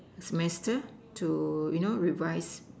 semester to you know revise